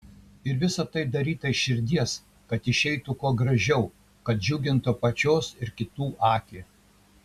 ir visa tai daryta iš širdies kad išeitų kuo gražiau kad džiugintų pačios ir kitų akį